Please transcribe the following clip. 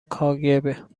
کاگب